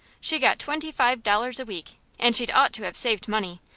she got twenty-five dollars a week, and she'd ought to have saved money,